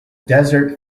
desert